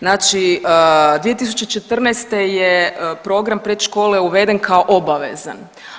Znači 2014. je program predškole uveden kao obavezan.